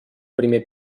primer